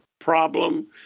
problem